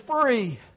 free